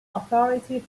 authority